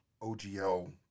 OGL